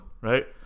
right